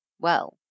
Well